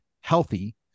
healthy